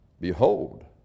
behold